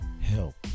help